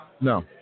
No